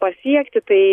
pasiekti tai